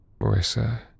Marissa